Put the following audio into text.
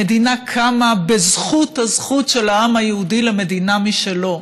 המדינה קמה בזכות הזכות של העם היהודי למדינה משלו,